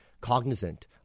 cognizant